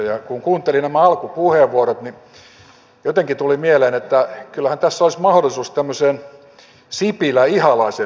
ja kun kuuntelin nämä alkupuheenvuorot niin jotenkin tuli mieleen että kyllähän tässä olisi mahdollisuus tämmöiseen sipilän ihalaisen linjaan